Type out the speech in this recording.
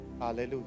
Hallelujah